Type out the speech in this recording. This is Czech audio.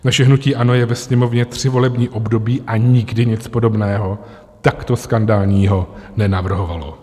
Naše hnutí ANO je ve Sněmovně tři volební období a nikdy nic podobného, takto skandálního, nenavrhovalo.